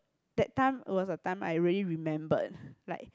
that time was the time I really remember like